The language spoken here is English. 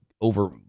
over